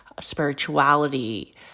spirituality